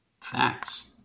Facts